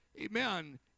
Amen